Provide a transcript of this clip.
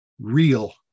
real